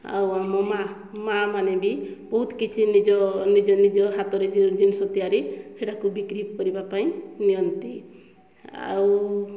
ଆଉ ଆମ ମାଆ ମାଆ ମାନେ ବି ବହୁତ କିଛି ନିଜ ନିଜ ନିଜ ହାତରେ ଯେଉଁ ଜିନିଷ ତିଆରି ହେରାକୁ ବିକ୍ରି କରିବା ପାଇଁ ନିଅନ୍ତି ଆଉ